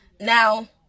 Now